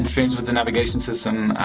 and with the navigation system